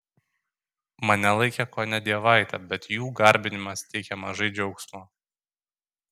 mane laikė kone dievaite bet jų garbinimas teikė maža džiaugsmo